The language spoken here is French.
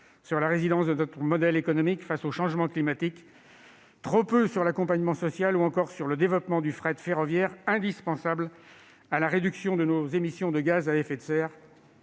sur la résilience de notre modèle économique face au changement climatique, trop peu sur l'accompagnement social ou sur le développement du fret ferroviaire, ce dernier étant pourtant indispensable à la réduction de nos émissions de gaz à effet de serre